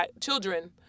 children